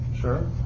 Sure